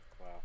Wow